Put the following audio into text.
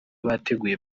bateguye